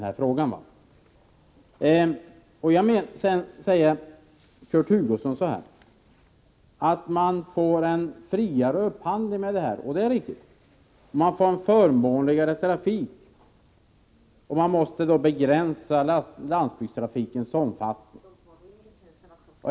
Kurt Hugosson säger att man får en friare upphandling på detta sätt, och det är riktigt. Man får en förmånligare trafik, och man måste begränsa landsvägstrafikens omfattning.